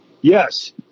Yes